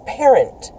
parent